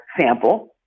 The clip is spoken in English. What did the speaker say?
sample